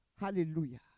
Hallelujah